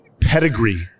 pedigree